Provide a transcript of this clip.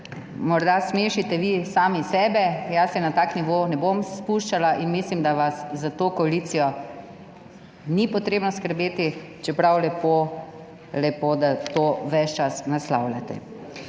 Morda smešite vi sami sebe, jaz se na tak nivo ne bom spuščala. Mislim, da vas za to koalicijo ni potrebno skrbeti, čeprav lepo, da to ves čas naslavljate.